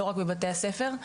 לא רק בבתי הספר.